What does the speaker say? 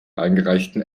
eingereichten